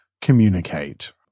communicate